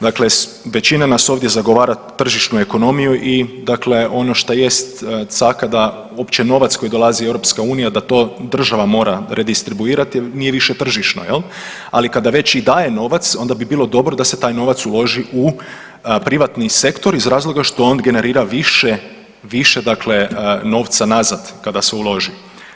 Dakle, većina nas ovdje zagovara tržišnu ekonomiju i dakle ono šta jest caka da uopće novac koji dolazi iz EU da to država mora redistribuirati jer nije više tržišna jel, ali kada već i daje novac onda bi bilo dobro da se taj novac uloži u privatni sektor iz razloga što on generira više, više dakle novca nazad kada se uloži.